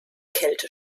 kälte